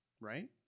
Right